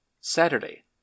Saturday